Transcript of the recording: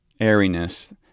airiness